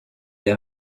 des